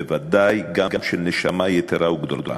בוודאי גם נשמה יתרה וגדולה.